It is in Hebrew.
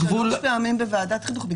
פעמים בוועדת החינוך.